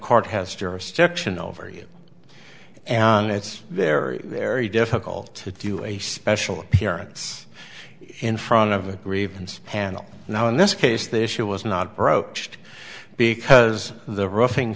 court has jurisdiction over you and it's very very difficult to do a special appearance in front of a grievance panel now in this case the issue was not broached because the ruffing